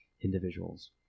individuals